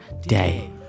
day